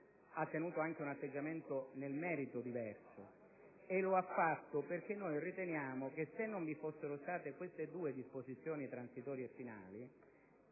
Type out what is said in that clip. ha tenuto anche nel merito un atteggiamento diverso; lo ha fatto perché riteniamo che se non vi fossero state queste due disposizioni transitorie e finali,